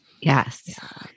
Yes